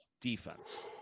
defense